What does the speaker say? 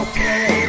Okay